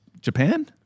Japan